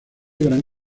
gran